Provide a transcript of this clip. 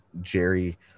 Jerry